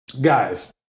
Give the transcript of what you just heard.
Guys